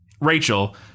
Rachel